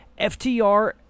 FTR